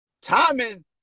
timing